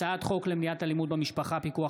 הצעת חוק למניעת אלימות במשפחה (פיקוח